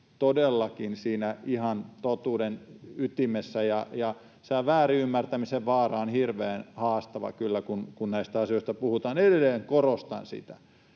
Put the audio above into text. todellakin siinä ihan totuuden ytimessä. Väärinymmärtämisen vaara on hirveän haastava kyllä, kun näistä asioista puhutaan. Edelleen korostan sitä,